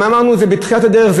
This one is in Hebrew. אם אמרנו את זה בתחילת הדרך,